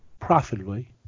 profitably